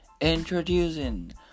introducing